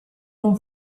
non